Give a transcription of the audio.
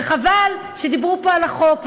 וחבל שדיברו פה על החוק.